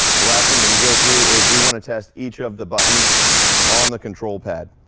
the last thing that we'll go through is we want to test each of the buttons on the control pad.